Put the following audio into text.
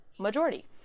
majority